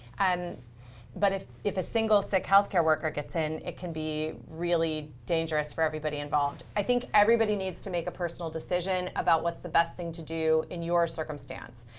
and but if if a single sick health care worker gets in, it can be really dangerous for everybody involved. i think everybody needs to make a personal decision about what's the best thing to do in your circumstance.